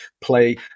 play